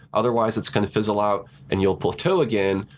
otherwise it's going to fizzle out and you'll plateau again,